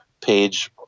page